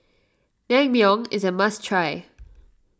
Naengmyeon is a must try